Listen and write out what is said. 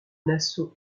nassau